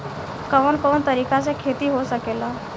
कवन कवन तरीका से खेती हो सकेला